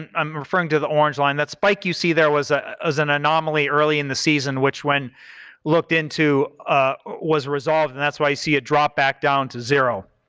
and i'm referring to the orange line, that spike you see there was ah was an anomaly early in the season which when looked into ah was resolved and that's why you see it drop back down to zero.